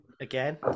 Again